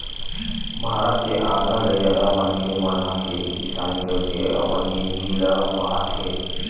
भारत के आधा ले जादा मनखे मन ह खेती किसानी करके अपन जिनगी ल पहाथे